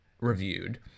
reviewed